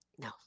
No